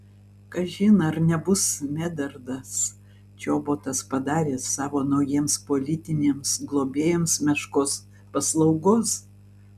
kažin ar nebus medardas čobotas padaręs savo naujiems politiniams globėjams meškos paslaugos